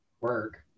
work